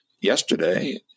yesterday